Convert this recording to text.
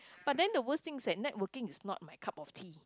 but then the worst thing is that networking is not my cup of tea